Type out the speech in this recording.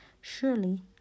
Surely